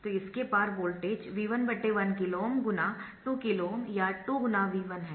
तो इसके आर पार वोल्टेज V1 1KΩ × 2KΩ या 2 ×V1 है